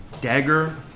dagger